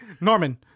Norman